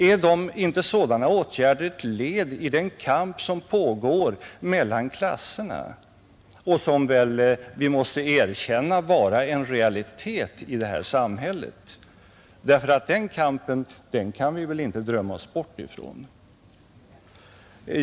Är inte sådana åtgärder ett led i den kamp som pågår mellan klasserna och som väl vi måste erkänna vara en realitet i detta samhälle, ty den kampen kan vi väl inte drömma oss bort ifrån?